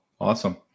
awesome